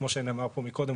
כמו שנאמר פה קודם,